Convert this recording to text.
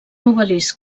obelisc